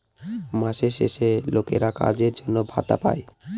মাসের শেষে লোকেরা কাজের জন্য ভাতা পাই